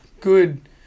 good